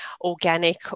organic